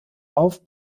auf